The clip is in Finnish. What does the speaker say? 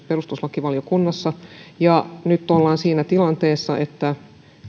perustuslakivaliokunnassa ja nyt olemme siinä tilanteessa että